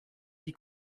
die